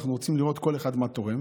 אנחנו רוצים לראות מה כל אחד תורם.